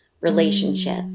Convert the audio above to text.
relationship